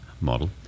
model